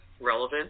relevant